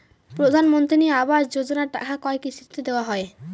প্রধানমন্ত্রী আবাস যোজনার টাকা কয় কিস্তিতে দেওয়া হয়?